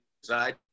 Side